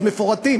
מאוד מפורטים,